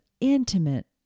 intimate